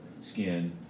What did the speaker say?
skin